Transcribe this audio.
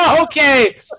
Okay